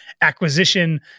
acquisition